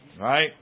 right